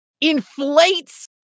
Inflates